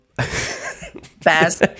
Fast